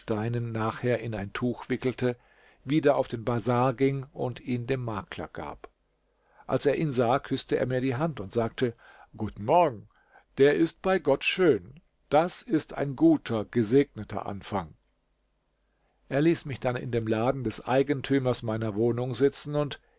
edelsteinen nachher in ein tuch wickelte wieder auf den bazar ging und ihn dem makler gab als er ihn sah küßte er mir die hand und sagte guten morgen der ist bei gott schön das ist ein guter gesegneter anfang er ließ mich dann in dem laden des eigentümers meiner wohnung sitzen und